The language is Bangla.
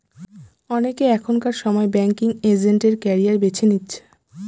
অনেকে এখনকার সময় ব্যাঙ্কিং এজেন্ট এর ক্যারিয়ার বেছে নিচ্ছে